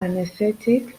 anesthetic